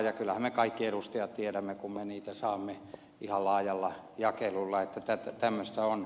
ja kyllähän me kaikki edustajat tiedämme kun me niitä saamme ihan laajalla jakelulla että tämmöistä on